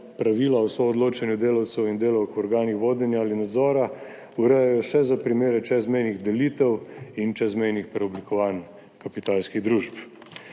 pravila o soodločanju delavcev in delavk v organih vodenja ali nadzora urejajo še za primere čezmejnih delitev in čezmejnih preoblikovanj kapitalskih družb.